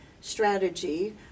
strategy